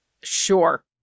Sure